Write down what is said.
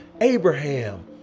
Abraham